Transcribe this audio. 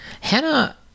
Hannah